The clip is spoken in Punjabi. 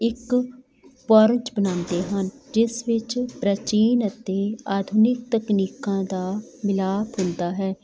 ਇੱਕ ਪਰਜ਼ ਬਣਾਉਂਦੇ ਹਨ ਜਿਸ ਵਿੱਚ ਪ੍ਰਾਚੀਨ ਅਤੇ ਆਧੁਨਿਕ ਤਕਨੀਕਾਂ ਦਾ ਮਿਲਾਪ ਹੁੰਦਾ ਹੈ